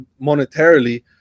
monetarily